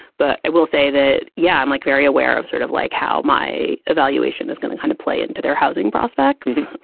but i will say that, yeah, i'm like very aware of sort of like how my evaluation is going to kind of play into their housing prospects.